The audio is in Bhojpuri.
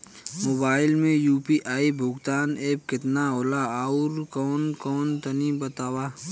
मोबाइल म यू.पी.आई भुगतान एप केतना होला आउरकौन कौन तनि बतावा?